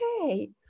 Okay